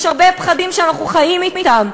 יש הרבה פחדים שאנחנו חיים אתם,